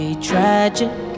Tragic